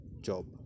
job